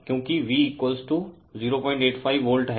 क्योकि V 085 volt है और Q 50 है इसलिए 425 वोल्ट है